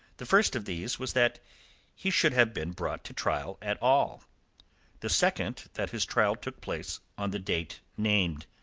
the first of these was that he should have been brought to trial at all the second, that his trial took place on the date named,